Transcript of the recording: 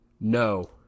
No